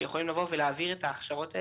שיכולות להעביר את ההכשרות האלה,